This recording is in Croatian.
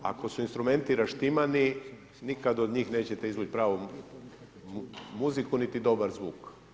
Ako su instrumenti raštimani nikad od njih nećete izvući pravu muziku, niti dobar zvuk.